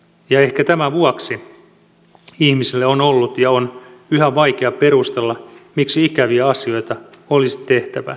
ja ehkä tämän vuoksi ihmisille on ollut ja on yhä vaikeaa perustella miksi ikäviä asioita olisi tehtävä nyt